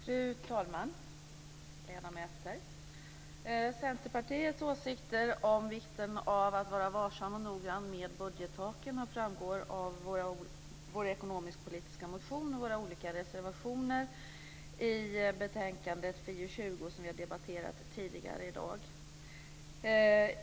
Fru talman! Ledamöter! Centerpartiets åsikter om vikten av att vara varsam och noggrann med budgettaken framgår av vår ekonomisk-politiska motion och våra olika reservationer i betänkande FiU20, som vi har debatterat tidigare i dag.